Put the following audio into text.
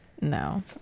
no